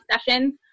sessions